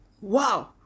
Wow